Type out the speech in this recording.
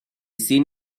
seen